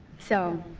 so.